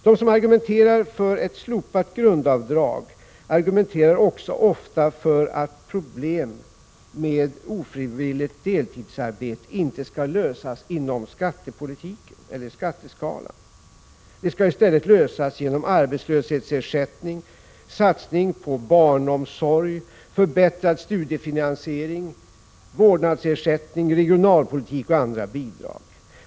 De som argumenterar för ett slopat grundavdrag argumenterar också ofta för att problemet med ofrivilligt deltidsarbete inte skall lösas inom skatteskalan. Det skall i stället lösas genom arbetslöshetsersättning, satsning på barnomsorg, förbättrad studiefinansiering, vårdnadsersättning, regionalpolitik och andra bidrag.